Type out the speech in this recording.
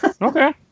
Okay